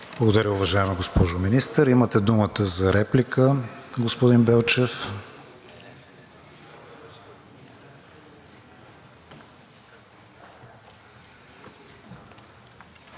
Благодаря, уважаема госпожо Министър. Имате думата за реплика, господин Белчев.